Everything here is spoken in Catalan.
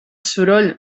soroll